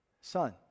son